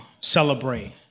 celebrate